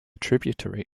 tributary